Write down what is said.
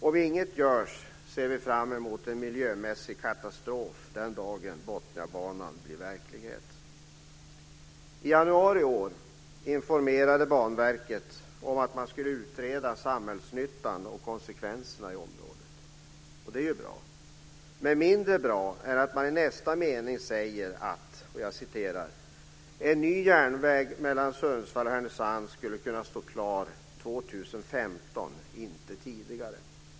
Om inget görs ser vi framför oss en miljömässig katastrof den dag Botniabanan är verklighet. I januari i år informerade Banverket om att man skulle utreda samhällsnyttan och konsekvenserna i området. Det är bra. Mindre bra är att man i nästa mening säger att en ny järnväg mellan Sundsvall och Härnösand skulle kunna stå klar 2015 - inte tidigare.